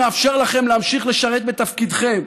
שמאפשר לכם להמשיך לשרת בתפקידכם.